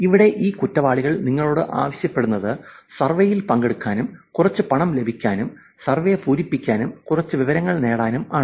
ഇവിടെ ഈ കുറ്റവാളികൾ നിങ്ങളോട് ആവശ്യപ്പെടുന്നത് സർവേയിൽ പങ്കെടുക്കാനും കുറച്ച് പണം ലഭിക്കാനും സർവേ പൂരിപ്പിക്കാനും കുറച്ച് വിവരങ്ങൾ നേടാനും ആണ്